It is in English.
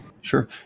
Sure